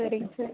சரிங்க சார்